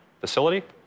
facility